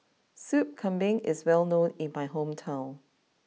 Soup Kambing is well known in my hometown